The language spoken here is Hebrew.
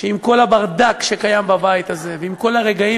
שעם כל הברדק שקיים בבית הזה ועם כל הרגעים